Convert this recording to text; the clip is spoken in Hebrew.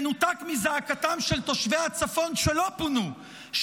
מנותק מזעקתם של תושבי הצפון שלא פונו,